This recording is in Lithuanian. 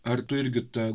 ar tu irgi tą